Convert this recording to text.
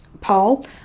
Paul